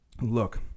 Look